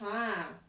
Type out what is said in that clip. !huh!